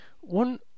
One